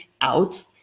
out